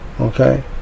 Okay